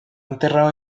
enterrado